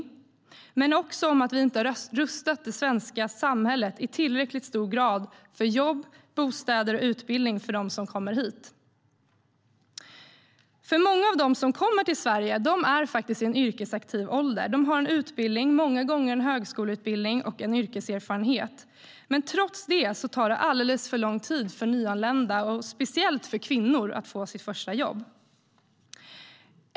Men det handlar också om att vi inte har rustat det svenska samhället i tillräckligt hög grad för jobb, bostäder och utbildning för dem som kommer hit. Många av dem som kommer till Sverige är faktiskt i yrkesaktiv ålder. De har en utbildning, många gånger en högskoleutbildning, och en yrkeserfarenhet. Men trots det tar det alldeles för lång tid för nyanlända, speciellt för kvinnor, att få sitt första jobb.